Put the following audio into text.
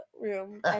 room